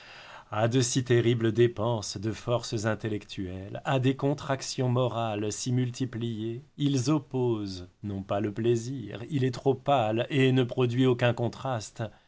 à de si terribles dépenses de forces intellectuelles à des contractions morales si multipliées ils opposent non pas le plaisir il est trop pâle et ne produit aucun contraste